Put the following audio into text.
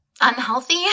unhealthy